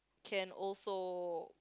can also